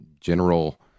general